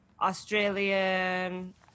Australian